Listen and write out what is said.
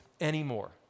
anymore